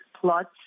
plots